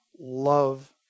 love